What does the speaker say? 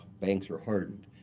banks are hardened.